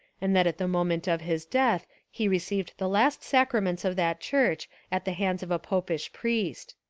and that at the moment of his death he received the last sac raments of that church at the hands of a popish priest.